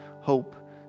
hope